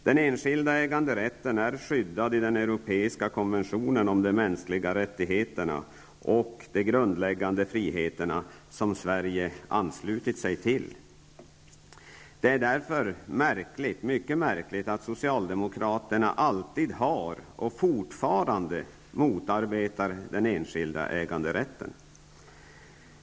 Den enskilda äganderätten är skyddad i Sverige har anslutit sig till. Det är därför mycket märkligt att socialdemokraterna alltid har motarbetat och fortfarande motarbetar den enskilda äganderätten.